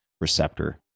receptor